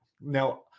Now